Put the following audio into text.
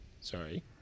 Sorry